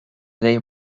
their